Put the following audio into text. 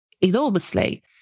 enormously